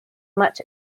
much